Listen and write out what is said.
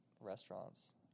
Restaurants